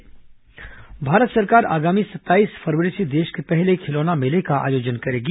India toy fair Bharat सरकार आगामी सत्ताईस फरवरी से देश के पहले खिलौना मेले का आयोजन करेगी